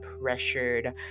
pressured